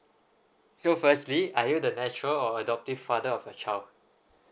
so firstly are you the natural or adoptive father of the child